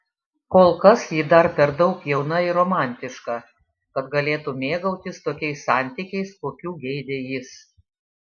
kol kas ji dar per daug jauna ir romantiška kad galėtų mėgautis tokiais santykiais kokių geidė jis